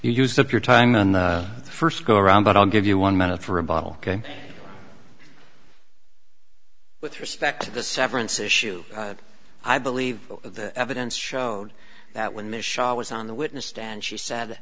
you used up your time on the first go around but i'll give you one minute for a bottle ok with respect to the severance issue i believe the evidence showed that when michelle was on the witness stand she said